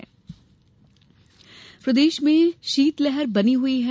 मौसम प्रदेश में शीतलहर बनी हुई है